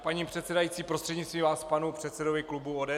Paní předsedající, prostřednictvím vás panu předsedovi klubu ODS.